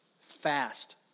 Fast